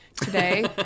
today